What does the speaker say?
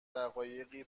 دقایقی